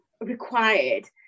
required